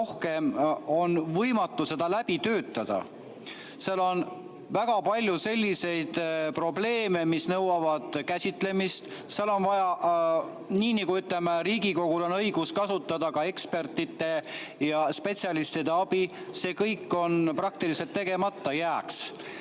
rohkem on võimatu seda läbi töötada. Seal on väga palju selliseid probleeme, mis nõuavad käsitlemist. Seal on vaja [ja selleks] on Riigikogul ka õigus kasutada ekspertide ja spetsialistide abi. See kõik jääks praktiliselt tegemata.